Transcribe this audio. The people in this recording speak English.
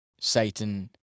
Satan